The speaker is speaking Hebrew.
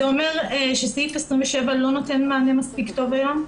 זה אומר שסעיף 27 לא נותן מענה מספיק טוב היום,